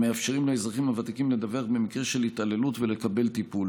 המאפשרים לאזרחים הוותיקים לדווח במקרה של התעללות ולקבל טיפול.